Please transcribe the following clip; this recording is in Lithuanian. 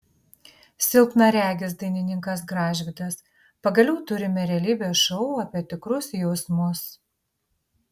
silpnaregis dainininkas gražvydas pagaliau turime realybės šou apie tikrus jausmus